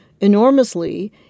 enormously